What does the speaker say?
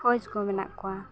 ᱯᱷᱳᱡ ᱠᱚ ᱢᱮᱱᱟᱜ ᱠᱚᱣᱟ